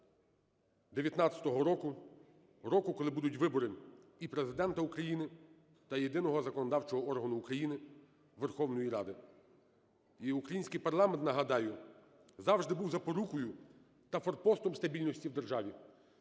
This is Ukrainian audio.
2019 року - року, коли будуть вибори і Президента України, та єдиного законодавчого органу України – Верховної Ради. І український парламент, нагадаю, завжди був запорукою та форпостом стабільності в державі.